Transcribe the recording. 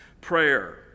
prayer